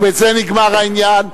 ובזה נגמר העניין.